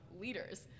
Leaders